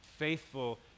faithful